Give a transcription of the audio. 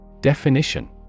Definition